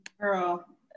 girl